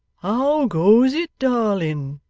how goes it, darling